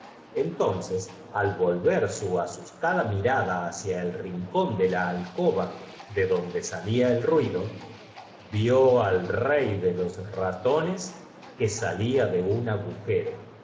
entonces al volver su asustada mirada hacia el rincón de la alcoba de donde salía el ruido vió al rey de los aq nella misma noche depositó todo lo que ratones que salía de un agujero